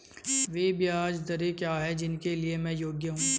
वे ब्याज दरें क्या हैं जिनके लिए मैं योग्य हूँ?